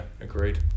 agreed